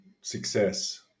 success